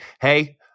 hey